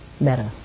better